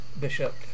Bishop